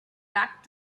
back